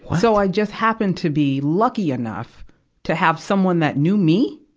so, i just happen to be lucky enough to have someone that knew me,